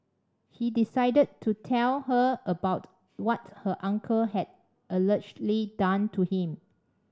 he decided to tell her about what her uncle had allegedly done to him